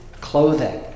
clothing